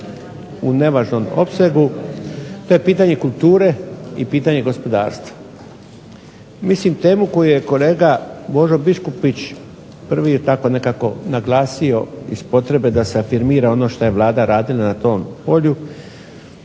u nevažnom opsegu to je pitanje kulture i gospodarstva. Mislim temu koju je kolega božo Biškupić prvi naglasio iz potrebe da se naglasi ono što je Vlada radila na tom polju,